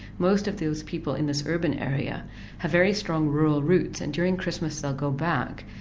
most of those people in this urban area have very strong rural roots and during christmas they'll go back,